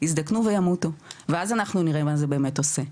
יזדקנו וימותו ואז אנחנו נראה מה זה באמת עושה.